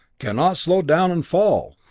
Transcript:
can not slow down and fall.